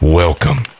welcome